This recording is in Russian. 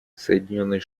соединенные